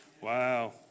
Wow